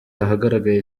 ahagaragaye